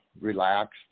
relaxed